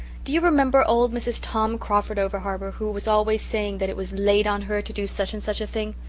do you remember old mrs. tom crawford over-harbour, who was always saying that it was laid on her to do such and such a thing?